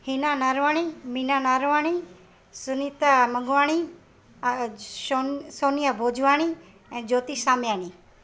हीना नारवाणी मीना नारवाणी सुनिता मंगवाणी शो सोनिया भोजवाणी ऐं ज्योति सामयानी